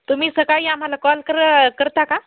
तुम्ही सकाळी आम्हाला कॉल कर करता का